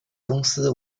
公司